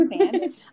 understand